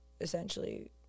essentially